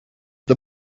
the